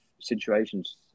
situations